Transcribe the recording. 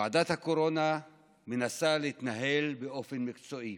ועדת הקורונה מנסה להתנהל באופן מקצועי.